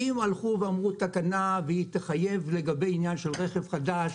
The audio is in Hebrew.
אם הלכו ואמרו תקנה והיא תחייב לגבי עניין של רכב חדש,